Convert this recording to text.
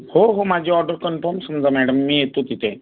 हो हो माझी ऑर्डर कन्पम समजा मॅडम मी येतो तिथे